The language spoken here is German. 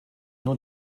nun